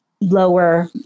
lower